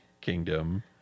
Kingdom